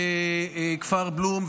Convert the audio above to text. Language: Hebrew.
בכפר בלום.